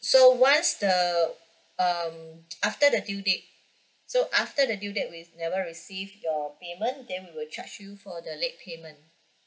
so once the um after the due date so after the due date we never receive your payment then we will charge you for the late payment